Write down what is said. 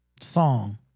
Song